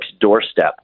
doorstep